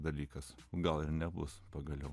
dalykas gal nebus pagaliau